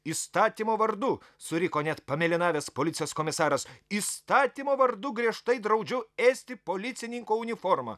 įstatymo vardu suriko net pamėlynavęs policijos komisaras įstatymo vardu griežtai draudžiu ėsti policininko uniformą